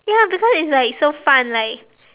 ya because it's like so fun like